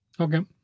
Okay